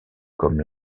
comme